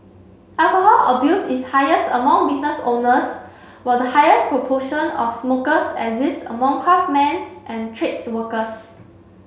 alcohol abuse is highest among business owners while the highest proportion of smokers exists among craftsmen's and trades workers